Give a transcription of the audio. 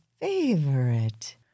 favorite